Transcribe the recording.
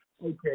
Okay